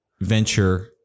venture